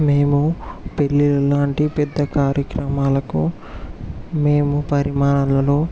మేము పెళ్ళిళ్ళలాంటి పెద్ద కార్యక్రమాలకు మేము పరిమాణాలను